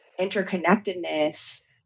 interconnectedness